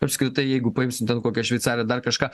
apskritai jeigu paimsm ten kokią šveicariją dar kažką